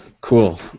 Cool